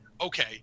okay